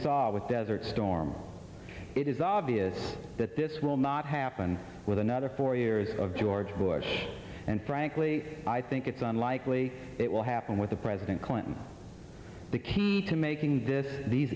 saw with desert storm it is obvious that this will not happen with another four years of george bush and frankly i think it's unlikely it will happen with the president clinton the key to making this these